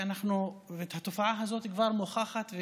והתופעה הזאת כבר מוכחת,